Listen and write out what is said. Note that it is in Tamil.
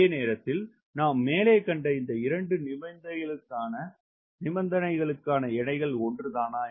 அதே நேரத்தில் நாம் மேலே கண்ட இந்த இரண்டு நிபந்தனைகளுக்கான எடைகள் ஒன்றுதானா